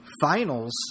finals